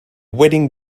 wedding